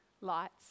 lights